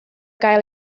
gael